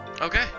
Okay